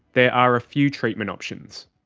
there are a few treatment options.